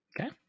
Okay